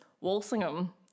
Walsingham